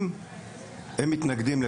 מתנגדים.